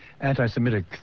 anti-Semitic